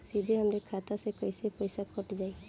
सीधे हमरे खाता से कैसे पईसा कट जाई?